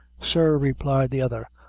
sir, replied the other,